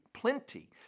Plenty